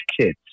kids